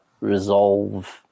resolve